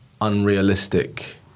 unrealistic